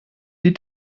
die